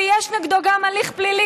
כשיש נגדו גם הליך פלילי,